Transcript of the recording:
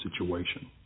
situation